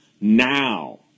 now